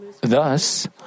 thus